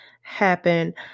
happen